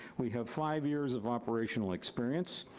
we have five years of operational experience.